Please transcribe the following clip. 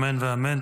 אמן ואמן.